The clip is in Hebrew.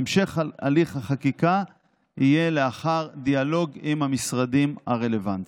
המשך הליך החקיקה יהיה לאחר דיאלוג עם המשרדים הרלוונטיים.